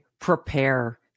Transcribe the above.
Prepare